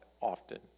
often